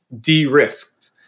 de-risked